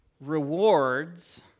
rewards